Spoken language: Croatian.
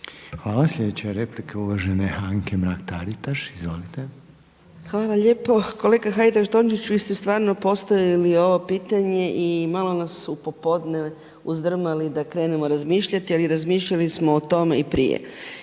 (HDZ)** Sljedeća replika uvažene Anke Mrak-Taritaš. Izvolite. **Mrak-Taritaš, Anka (HNS)** Hvala lijepo. Kolega Hajdaš Dončić vi ste stvarno postavili ovo pitanje i malo nas u popodnevnim uzdrmali da krenemo razmišljati, ali razmišljali smo o tome i prije.